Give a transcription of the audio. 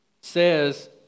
says